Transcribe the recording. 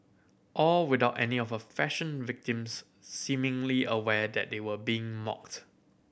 all without any of her fashion victims seemingly aware that they were being mocked